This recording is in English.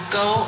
go